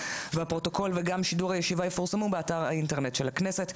הפרוטוקול וגם שידור הישיבה יפורסמו באתר האינטרנט של הכנסת.